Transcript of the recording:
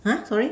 sorry